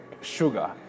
sugar